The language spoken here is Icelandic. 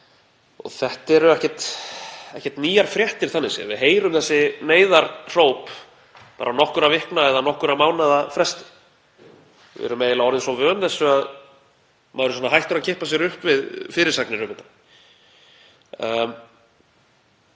Þetta eru ekkert nýjar fréttir þannig séð, við heyrum þessi neyðaróp á nokkurra vikna eða nokkurra mánaða fresti. Við erum eiginlega orðin svo vön þessu að maður er hættur að kippa sér upp við fyrirsagnir um þetta.